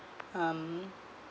um